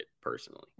personally